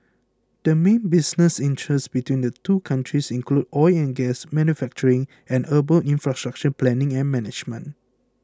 the main business interests between the two countries include oil and gas manufacturing and urban infrastructure planning and management